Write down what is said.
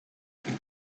can